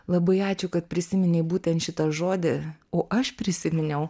labai ačiū kad prisiminei būtent šitą žodį o aš prisiminiau